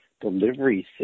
delivery